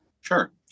Sure